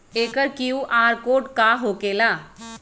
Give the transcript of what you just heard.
एकर QR code का होकेला?